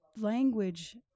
language